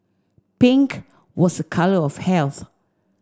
pink was a colour of health